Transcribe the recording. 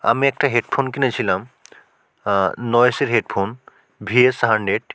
আমি একটা হেডফোন কিনেছিলাম নয়েসের হেডফোন ভি এস হান্ড্রেড